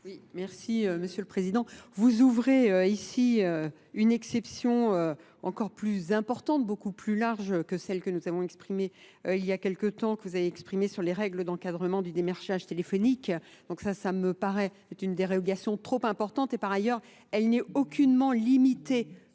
Merci Monsieur le Président. Vous ouvrez ici une exception encore plus importante, beaucoup plus large que celle que nous avons exprimée il y a quelque temps, que vous avez exprimée sur les règles d'encadrement du démerchage téléphonique. Donc ça, ça me paraît être une dérégulation trop importante et par ailleurs elle n'est aucunement limitée